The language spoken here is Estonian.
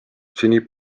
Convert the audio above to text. seni